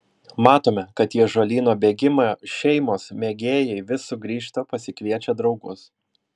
matome kad į ąžuolyno bėgimą šeimos mėgėjai vis sugrįžta pasikviečia draugus